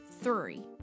three